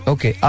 Okay